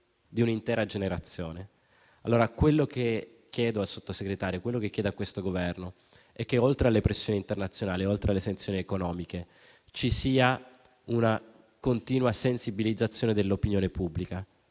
di un'intera generazione. Ciò che chiedo al Sottosegretario e a questo Governo è che, oltre alle pressioni internazionali e alle sanzioni economiche, ci sia una continua sensibilizzazione dell'opinione pubblica.